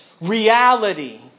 reality